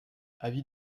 avis